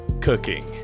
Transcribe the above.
cooking